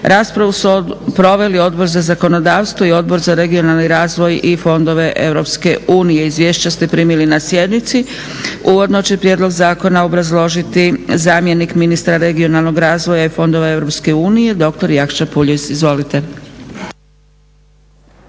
raspravu su proveli Odbor za zakonodavstvo i Odbor za regionalni razvoj i fondove EU. Izvješća ste primili na sjednici. Uvodno će prijedlog zakona obrazložiti zamjenik ministra regionalnog razvoja i fondova EU doktor Jakša Puljiz. Izvolite.